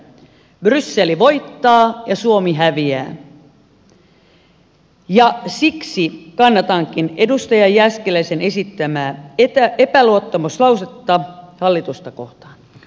brysseli voittaa ja suomi häviää ja siksi kannatankin edustaja jääskeläisen esittämää epäluottamuslausetta hallitusta kohtaan